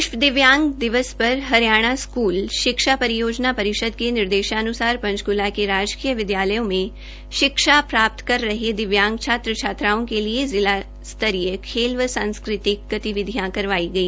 विश्व दिव्यांग दिवस पर हरियाणा स्कूल शिक्षा परियोजना परिषद के निर्देशानुसार पंचकुला के राजकीय विदयालयों में शिक्षा प्राप्त कर रहे दिव्यांग छात्र छात्राओं के लिए ज़िला स्तरीय खेल व सांस्कृतिक गतिविधियों करवाई गई